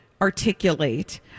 articulate